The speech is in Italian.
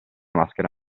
maschera